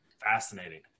Fascinating